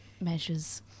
measures